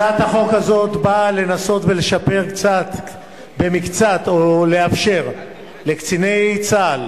הצעת החוק הזאת באה לנסות ולשפר במקצת או לאפשר לקציני צה"ל,